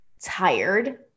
tired